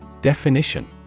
Definition